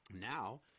now